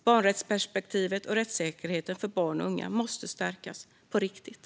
Barnrättsperspektivet och rättssäkerheten för barn och unga måste stärkas på riktigt.